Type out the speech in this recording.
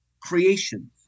creation